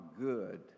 good